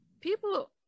people